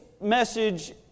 message